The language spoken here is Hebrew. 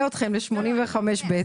אתכם ל-85(ב).